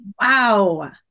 Wow